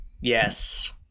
Yes